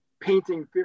painting